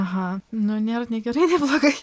aha nu nėra nei gerai nei blogai